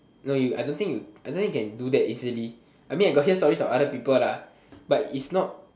no you I don't think you I don't think you can do that easily I mean I got hear stories from other people lah but it's not